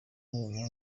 n’uyu